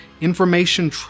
information